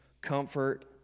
comfort